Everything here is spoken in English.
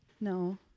No